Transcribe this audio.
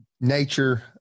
nature